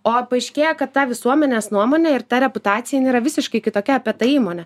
o paaiškėja kad ta visuomenės nuomonė ir ta reputacija jinai yra visiškai kitokia apie tą įmonę